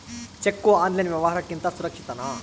Cheque online ವ್ಯವಹಾರುಕ್ಕಿಂತ ಸುರಕ್ಷಿತನಾ?